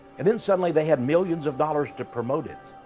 and then suddenly they had millions of dollars to promote it.